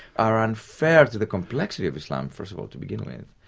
are unfair to the complexity of islam, first of all to begin with,